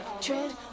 tread